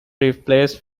replaced